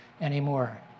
anymore